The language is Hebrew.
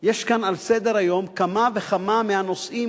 יש כאן על סדר-היום כמה וכמה מהנושאים